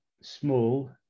small